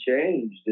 changed